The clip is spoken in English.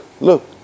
look